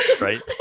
right